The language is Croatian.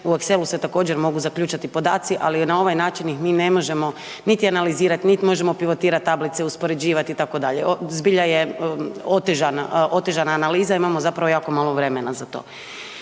U Excelu se također mogu zaključati podaci, ali na ovaj način ih mi ne možemo niti analizirati niti možemo .../Govornik se ne razumije./... uspoređivati, itd., zbilja je otežana analiza i imamo zapravo jako malo vremena za to.